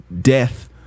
death